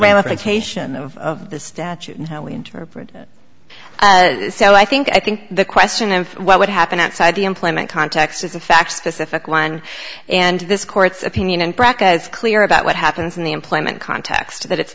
ramifications of the statute and how we interpret it so i think i think the question of what happened outside the employment context is a fact specific one and this court's opinion and braca is clear about what happens in the employment context that it's